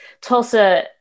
Tulsa